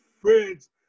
friends